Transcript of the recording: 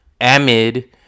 amid